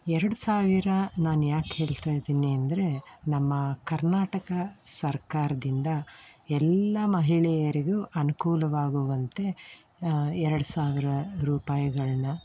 ಎರಡು ಸಾವಿರ ನಾನು ಯಾಕೆ ಹೇಳ್ತಾ ಇದ್ದೀನಿ ಅಂದರೆ ನಮ್ಮ ಕರ್ನಾಟಕ ಸರ್ಕಾರದಿಂದ ಎಲ್ಲ ಮಹಿಳೆಯರಿಗೂ ಅನುಕೂಲವಾಗುವಂತೆ ಎರಡು ಸಾವಿರ ರೂಪಾಯಿಗಳನ್ನ